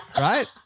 right